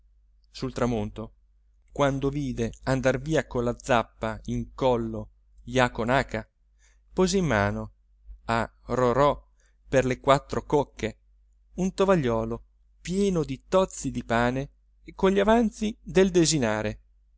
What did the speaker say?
sul tramonto quando vide andar via con la zappa in collo jaco naca pose in mano a rorò per le quattro cocche un tovagliolo pieno di tozzi di pane e con gli avanzi del desinare